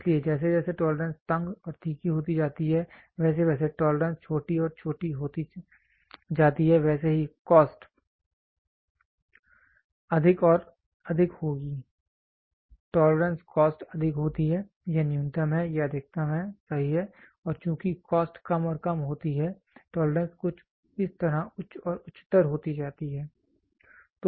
इसलिए जैसे जैसे टोलरेंस तंग और तीखी होती जाती है वैसे वैसे टोलरेंस छोटी और छोटी होती जाती है वैसे ही कॉस्ट अधिक और अधिक होगी टोलरेंस कॉस्ट अधिक होती है यह न्यूनतम है यह अधिकतम है सही है और चूंकि कॉस्ट कम और कम होती है टोलरेंस कुछ इस तरह उच्च और उच्चतर हो जाती है